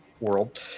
world